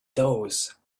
those